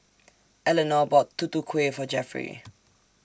Elenor bought Tutu Kueh For Jeffery